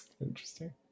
Interesting